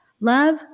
Love